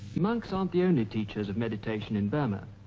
monks aren't the only teachers of meditation in burma.